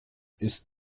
ist